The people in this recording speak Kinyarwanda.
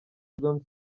john